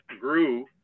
grew